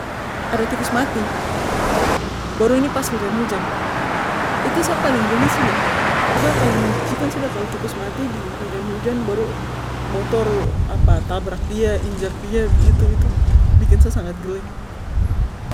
Ada tikus mati baru ini pas hujan hujan itu sa paling geli sudah pokonya paling menjijikan sudah kalo tikus mati di hujan hujan baru motor apa tabrak dia injak dia begitu itu bikin sa sangat geli